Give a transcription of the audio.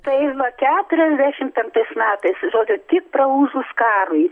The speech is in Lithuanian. tai ir nuo keturiasdešimt penktais metais žodžiu tik praūžus karui